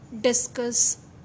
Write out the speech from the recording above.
discuss